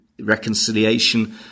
reconciliation